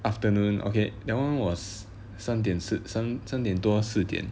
afternoon okay that [one] was 三点四三三点多四点